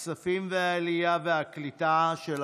ועדת הכספים וועדת העלייה והקליטה של הכנסת.